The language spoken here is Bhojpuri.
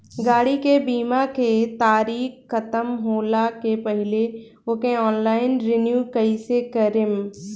गाड़ी के बीमा के तारीक ख़तम होला के पहिले ओके ऑनलाइन रिन्यू कईसे करेम?